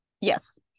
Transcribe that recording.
Yes